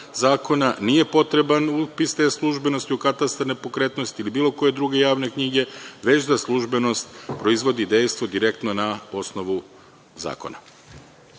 nije potreban upis te službenosti u katastar nepokretnosti ili bilo koje druge javne knjige, već da službenost proizvodi dejstvo direktno na osnovu zakona.Za